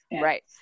right